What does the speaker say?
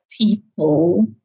people